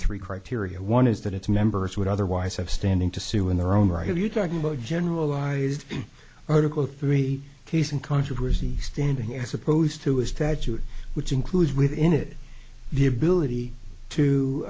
three criteria one is that its members would otherwise have standing to sue in their own right are you talking about generalized article three case and controversy standing as opposed to a statute which includes within it the ability to